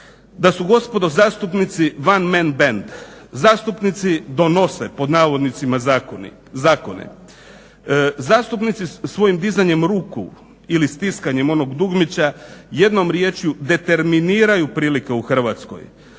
da su gospodo zastupnici 'one man band', zastupnici "donose" zakone, zastupnici svojim dizanjem ruku ili stiskanjem onog dugmića jednom rječju determiniraju prilike u Hrvatskoj.